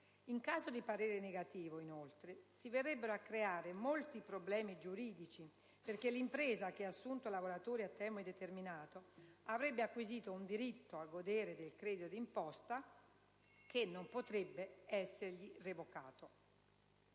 In caso di parere negativo, inoltre, si verrebbero a creare molti problemi giuridici, perché l'impresa che ha assunto lavoratori a tempo indeterminato avrebbe acquisito un diritto a godere del credito d'imposta, che non potrebbe esserle revocato.